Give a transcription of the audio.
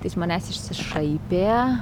tai iš manęs išsišaipė